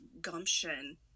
gumption